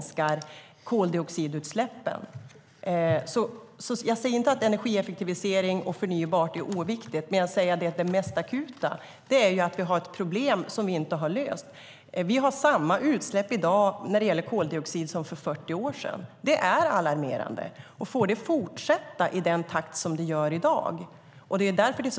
Jag säger inte att energieffektivisering och förnybart är oviktigt. Men jag säger att det mest akuta är ett problem som vi inte har löst. Vi har samma utsläpp i dag när det gäller koldioxid som för 40 år sedan. Det är alarmerande. Det är därför det är så skrämmande med skiffergasen och den billiga kolen.